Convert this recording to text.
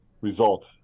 result